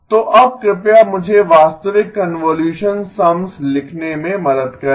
तो अब कृपया मुझे वास्तविक कनवोल्युसन सम्स लिखने में मदद करें